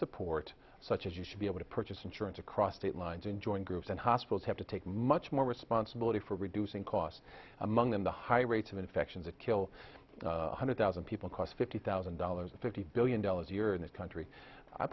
support such as you should be able to purchase insurance across state lines and join groups and hospitals have to take much more responsibility for reducing costs among them the high rates of infections of kill one hundred thousand people costs fifty thousand dollars to fifty billion dollars a year in this country i